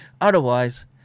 Otherwise